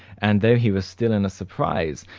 and though he was still in a surprise,